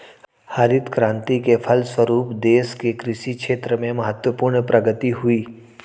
हरित क्रान्ति के फलस्व रूप देश के कृषि क्षेत्र में महत्वपूर्ण प्रगति हुई